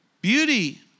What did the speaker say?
Beauty